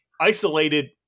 isolated